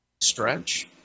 Stretch